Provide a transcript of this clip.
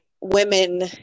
women